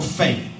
faith